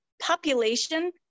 population